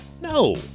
No